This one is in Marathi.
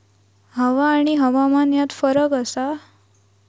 हवा आणि हवामानात काय फरक असा?